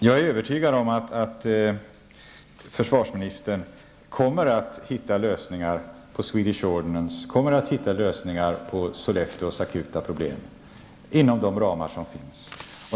Jag är övertygad om att försvarsministern kommer att hitta lösningar på Swedish Ordnances och Sollefteås akuta problem inom de ramar som finns.